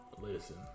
Listen